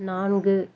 நான்கு